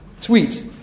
tweet